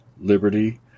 liberty